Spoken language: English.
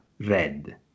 red